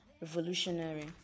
Revolutionary